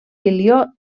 milió